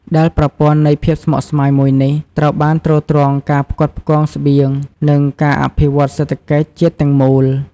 ដែលប្រព័ន្ធនៃភាពស្មុគស្មាញមួយនេះ ត្រូវបានទ្រទ្រង់ការផ្គត់ផ្គង់ស្បៀង និងការអភិវឌ្ឍសេដ្ឋកិច្ចជាតិទាំងមូល។